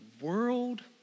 world